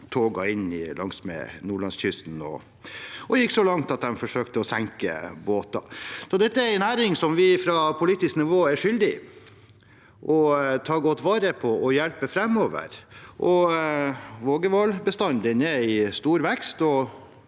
toget inn langs nordlandskysten. De gikk så langt at de forsøkte å senke båter. Dette er en næring som vi fra politisk nivå er skyldig å ta godt vare på og hjelpe framover. Vågehvalbestanden er i stor vekst,